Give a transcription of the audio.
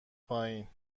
پایین